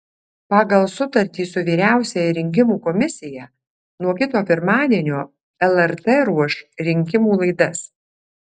pagal sutartį su vyriausiąja rinkimų komisija nuo kito pirmadienio lrt ruoš rinkimų laidas